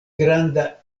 granda